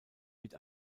mit